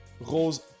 Rose